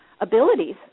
abilities